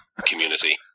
community